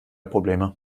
probleme